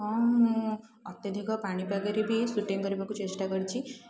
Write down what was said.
ହଁ ମୁଁ ଅତ୍ୟଧିକ ପାଣି ପାଗରେ ବି ସୁଟିଙ୍ଗ୍ କରିବାକୁ ଚେଷ୍ଟା କରିଛି